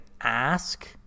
ask